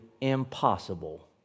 impossible